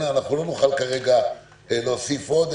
לא נוכל כרגע להוסיף עוד,